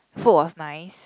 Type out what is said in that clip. food was nice